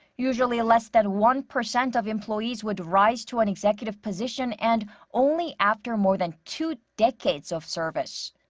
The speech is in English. usually, less than one percent of employees would rise to an executive position. and only after more than two decades of service.